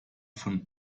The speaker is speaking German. von